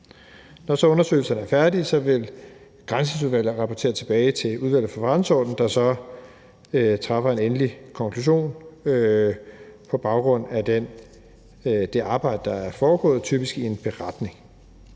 så undersøgelserne er færdige, vil Granskningsudvalget rapportere tilbage til Udvalget for Forretningsordenen, der så træffer en endelig konklusion på baggrund af det arbejde, der er foregået, typisk i en beretning.